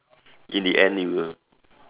in the end it will